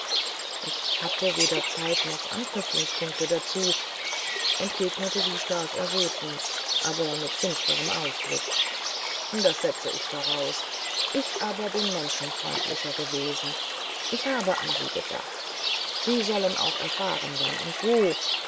ich hatte weder zeit noch anknüpfungspunkte dazu entgegnete sie stark errötend aber mit finsterem ausdruck das setzte ich voraus ich aber bin menschenfreundlicher gewesen ich habe an sie gedacht sie sollen auch erfahren wann und wo